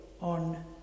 on